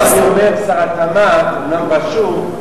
לא, אני אומר: שר התמ"ת אומנם רשום,